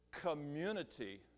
community